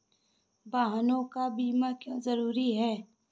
वाहनों का बीमा क्यो जरूरी है?